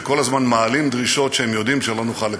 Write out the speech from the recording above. שכל הזמן מעלים דרישות שהם יודעים שלא נוכל לקבל,